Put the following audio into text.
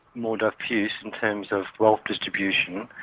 more diffuse in terms of wealth distribution,